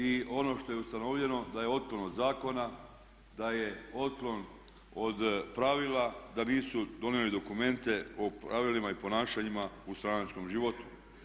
I ono što je ustanovljeno da je otklon od zakona, da je otklon od pravila da nisu donijeli dokumente o pravilima i ponašanjima u stranačkom životu.